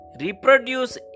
reproduce